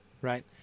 right